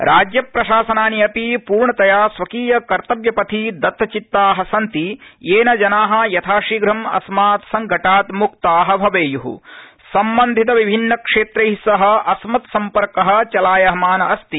राज्यप्रशासनानि अपि पूर्णतया स्वकीय कर्तव्यपथि दत्तचित्ता सन्ति यम्र ज्ञना यथाशीघ्रं अस्मात् संकटात् मुक्ता भवरू सम्बन्धित विभिन्नक्षक्षक्ष सह अस्मत्संम्पर्क चलायमान अस्ति